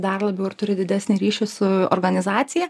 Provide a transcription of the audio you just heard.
dar labiau ir turi didesnį ryšį su organizacija